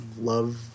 Love